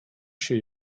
się